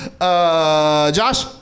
Josh